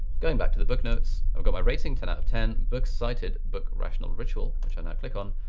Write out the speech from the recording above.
going back to the book notes, i've got my rating ten out of ten books cited, book rational ritual, which i now click on.